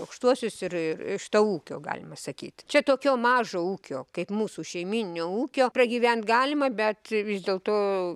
aukštuosius ir iš to ūkio galima sakyt čia tokio mažo ūkio kaip mūsų šeimyninio ūkio pragyvent galima bet vis dėlto